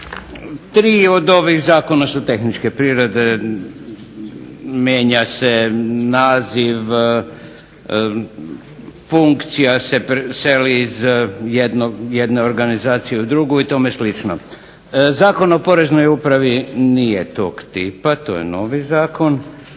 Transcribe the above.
Tri od ovih zakona su tehničke prirode. Mijenja se naziv, funkcija se seli iz jedne organizacije u drugu i tome slično. Zakon o Poreznoj upravi nije tog tipa. To je novi zakon